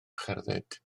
cherdded